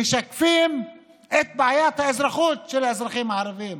משקפות את בעיית האזרחות של האזרחים הערבים.